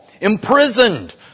imprisoned